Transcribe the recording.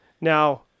Now